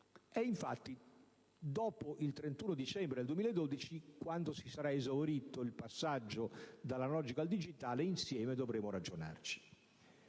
Infatti, dopo il 31 dicembre 2012, quando si sarà concluso il passaggio dall'analogico al digitale, dovremo ragionarci